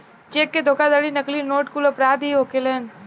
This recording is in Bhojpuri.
चेक के धोखाधड़ी, नकली नोट कुल अपराध ही होखेलेन